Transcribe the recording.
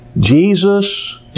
Jesus